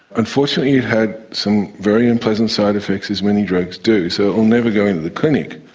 unfortunately it had some very unpleasant side-effects, as many drugs do, so it will never go into the clinic.